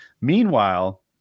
Meanwhile